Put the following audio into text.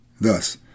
Thus